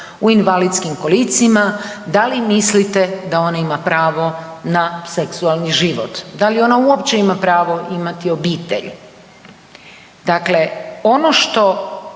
u invalidskim kolicima da li mislite da ona ima pravo na seksualni život, da li ona uopće ima pravo imati obitelj? Dakle, ono što